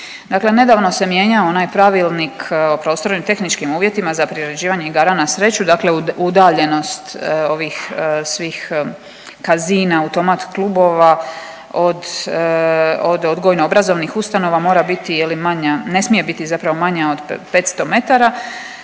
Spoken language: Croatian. nedavno se mijenjao onaj pravilnik o prostorno i tehničkim uvjetima za priređivanje igara na sreću, dakle udaljenost ovih svih casina, automat klubova, od odgojno-obrazovnih ustanova mora biti, je li, manja,